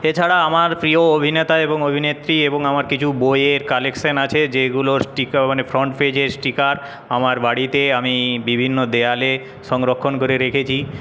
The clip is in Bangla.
এছাড়া আমার প্রিয় অভিনেতা অভিনেত্রী এবং আমার কিছু বইয়ের কালেকশন আছে যেগুলো টিকা মানে ফ্রন্ট পেজের ষ্টিকার আমার বাড়িতে আমি বিভিন্ন দেওয়ালে সংরক্ষণ করে রেখেছি